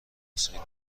حسین